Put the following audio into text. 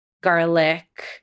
garlic